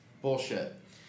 Bullshit